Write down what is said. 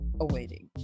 awaiting